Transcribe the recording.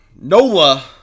Nola